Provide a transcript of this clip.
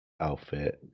outfit